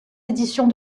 éditions